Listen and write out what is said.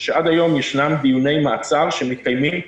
שעד היום ישנם דיוני מעצר שמתקיימים בטלפון,